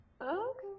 okay